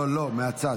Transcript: לא, לא, מהצד.